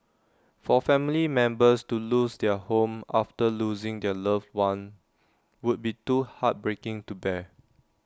for family members to lose their home after losing their loved one would be too heartbreaking to bear